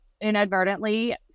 inadvertently